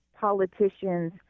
politicians